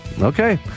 Okay